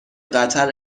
قطر